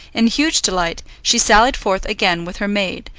in huge delight, she sallied forth again with her maid,